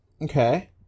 Okay